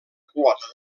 quota